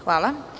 Hvala.